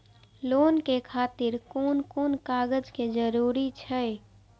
Loan के खातिर कोन कोन कागज के जरूरी छै?